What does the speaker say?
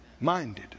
minded